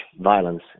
violence